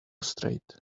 straight